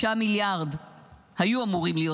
5 מיליארד היו אמורים להיות